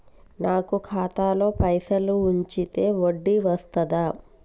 నాకు ఖాతాలో పైసలు ఉంచితే వడ్డీ వస్తదా?